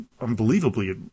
unbelievably